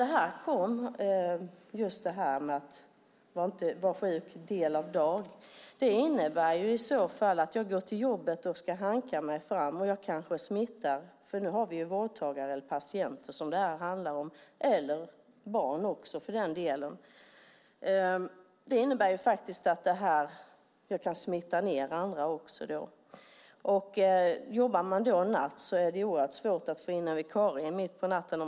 Detta med att vara sjuk del av dag innebär ju att jag ska gå till jobbet och hanka mig fram, och jag kanske smittar. Det handlar om vårdtagare och patienter, och om barn också, för den delen. Det innebär ju att jag kan smitta ned andra också. Om man jobbar natt är det också svårt att få in en vikarie mitt i natten.